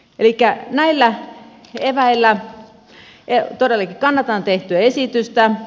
elikkä näillä eväillä todellakin kannatan tehtyä esitystä